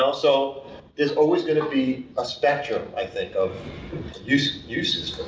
um so there's always gonna be a spectrum, i think, of uses uses